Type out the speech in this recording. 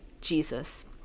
jesus